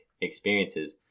experiences